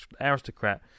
aristocrat